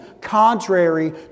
contrary